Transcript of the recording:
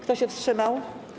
Kto się wstrzymał?